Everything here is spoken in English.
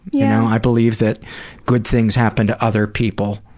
yeah. i believe that good things happen to other people.